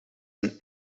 een